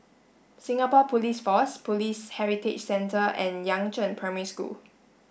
Singapore Police Force Police Heritage Centre and Yangzheng Primary School